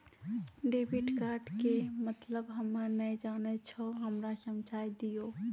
Debit card के मतलब हम्मे नैय जानै छौ हमरा समझाय दियौ?